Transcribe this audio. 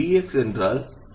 Vx என்றால் 0